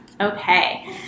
Okay